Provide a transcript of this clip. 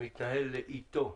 מתנהל לאיטו.